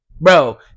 bro